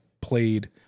played